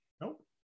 Nope